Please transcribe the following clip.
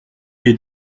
est